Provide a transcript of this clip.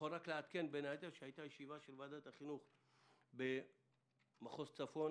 אני יכול לעדכן שהיתה ישיבה של ועדת החינוך במחוז צפון